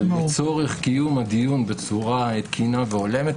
לצורך קיום הדיון בצורה תקינה והולמת,